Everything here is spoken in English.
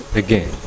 again